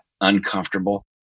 uncomfortable